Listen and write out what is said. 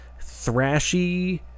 thrashy